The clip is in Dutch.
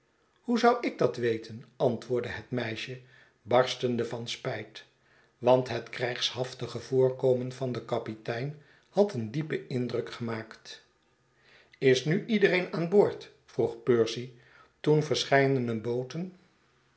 hoe zou ik dat weten antwoordde het meisje barstende van spijt want het krijgshaftige voorkomen van den kapitein had een diepen indruk gemaakt is nu iedereen aan boord vroeg percy toen verscheidene booten